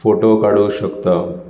photo काडू शकता